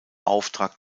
auftrag